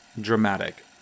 dramatic